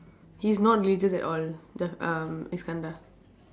he's not religious at all jaf~ um iskandar